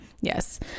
Yes